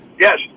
yes